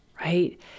right